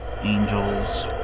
angels